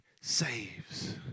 saves